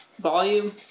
volume